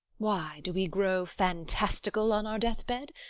why, do we grow fantastical on our deathbed?